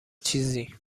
چیزی